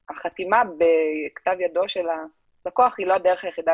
החתימה בכתב ידו של הלקוח היא לא הדרך היחידה